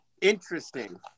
interesting